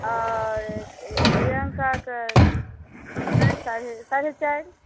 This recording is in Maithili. आओर प्रियङ्काके चारि साढ़े चारि